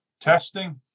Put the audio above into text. testing